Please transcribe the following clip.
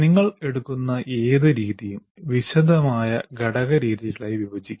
നിങ്ങൾ എടുക്കുന്ന ഏത് രീതിയും വിശദമായ ഘടക രീതികളായി വിഭജിക്കാം